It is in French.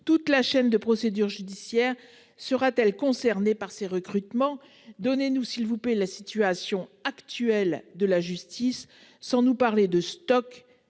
toute la chaîne de procédure judiciaire sera-t-elle concernées par ces recrutements, donnez-nous s'il vous plaît. La situation actuelle de la justice sans nous parler de stock